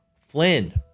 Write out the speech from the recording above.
Flynn